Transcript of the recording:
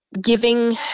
giving